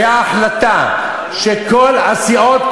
הייתה החלטה שכל הסיעות,